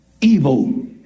evil